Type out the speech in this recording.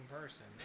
person